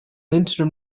interim